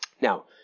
Now